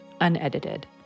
unedited